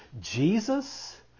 Jesus